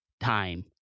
time